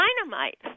dynamite